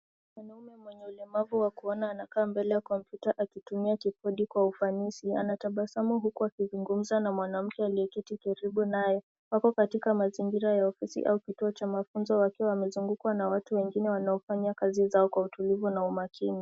Mwanaume mwenye ulemavu wa kuona anakaa mbele ya kompyuta akitumia kibodi kwa ufanisi, anatabasamu huku akizungumza na mwanamke aliyeketi karibu naye ,wako katika mazingira ya ofisi au kituo cha mafunzo wakiwa wamezungukwa na watu wengine wanaofanya kazi zao kwa utulivu na umakini.